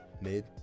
mid